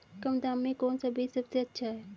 कम दाम में कौन सा बीज सबसे अच्छा है?